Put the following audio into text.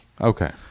Okay